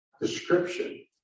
description